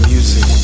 Music